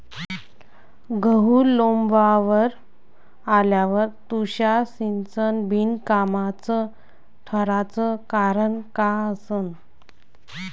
गहू लोम्बावर आल्यावर तुषार सिंचन बिनकामाचं ठराचं कारन का असन?